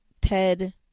Ted